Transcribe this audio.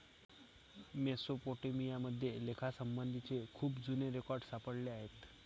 Mesopotamia मध्ये लेखासंबंधीचे खूप जुने रेकॉर्ड सापडले आहेत